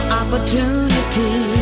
opportunity